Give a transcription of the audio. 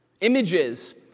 images